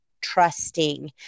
trusting